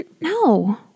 No